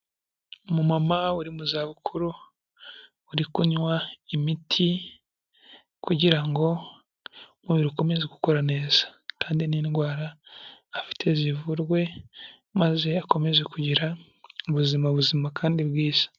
Umumama uri mu za bukuru uri kunywa imiti, kugira ngo umubiri ukomeze gukora neza kandi n'indwara afite zivurwe maze akomeze kugira ubuzima buzima kandi bwiza.